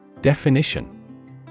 Definition